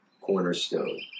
cornerstone